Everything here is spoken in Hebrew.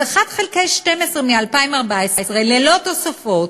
אז 1 חלקי 12 מ-2014, ללא תוספות,